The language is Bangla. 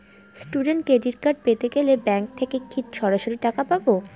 স্টুডেন্ট ক্রেডিট কার্ড পেতে গেলে ব্যাঙ্ক থেকে কি সরাসরি টাকা পাবো?